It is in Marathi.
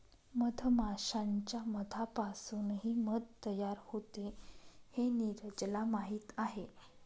मधमाश्यांच्या मधापासूनही मध तयार होते हे नीरजला माहीत आहे